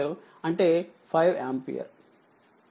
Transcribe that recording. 5 అంటే 5 ఆంపియర్